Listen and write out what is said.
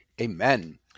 Amen